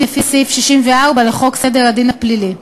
לפי סעיף 64 לחוק סדר הדין הפלילי.